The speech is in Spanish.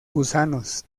gusanos